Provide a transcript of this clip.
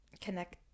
Connect